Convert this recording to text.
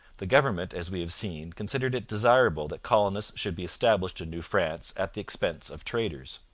the government, as we have seen, considered it desirable that colonists should be established in new france at the expense of traders.